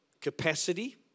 capacity